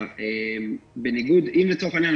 לצורך העניין,